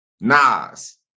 Nas